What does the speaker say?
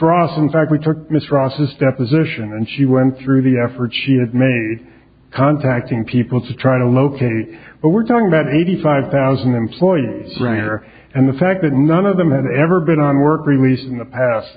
ross in fact we took miss ross's deposition and she went through the effort she had made contacting people to try to locate but we're talking about eighty five thousand employees there and the fact that none of them had ever been on work release in the past